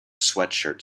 sweatshirt